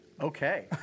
Okay